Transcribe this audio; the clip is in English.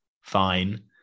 fine